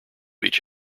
each